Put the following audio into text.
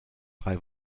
drei